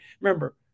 Remember